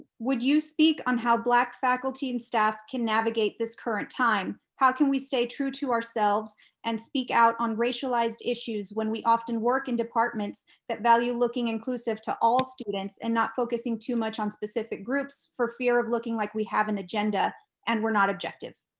would you speak on how black faculty and staff can navigate this current time? how can we stay true to ourselves and speak out on racialized issues when we often work in departments that value looking inclusive to all students and not focusing too much on specific groups for fear of looking like we have an agenda and we're not objective?